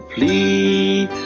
Please